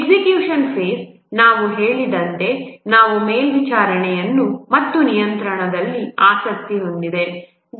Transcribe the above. execution phase phase ನಾವು ಹೇಳಿದಂತೆ ನಾವು ಮೇಲ್ವಿಚಾರಣೆ ಮತ್ತು ನಿಯಂತ್ರಣದಲ್ಲಿ ಆಸಕ್ತಿ ಹೊಂದಿದ್ದೇವೆ